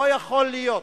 לא יכול להיות